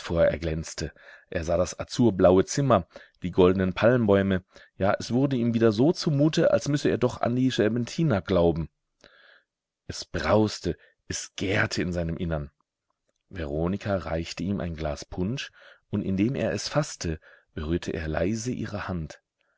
erglänzte er sah das azurblaue zimmer die goldnen palmbäume ja es wurde ihm wieder so zumute als müsse er doch an die serpentina glauben es brauste es gärte in seinem innern veronika reichte ihm ein glas punsch und indem er es faßte berührte er leise ihre hand